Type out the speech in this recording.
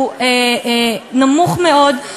נמוך מאוד.